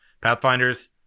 Pathfinders